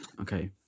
Okay